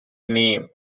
name